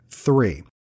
three